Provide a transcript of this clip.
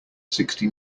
sixty